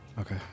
Okay